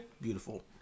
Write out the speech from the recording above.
beautiful